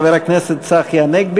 נכון?